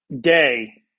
day